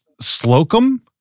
Slocum